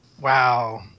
Wow